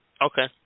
Okay